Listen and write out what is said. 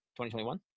2021